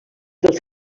dels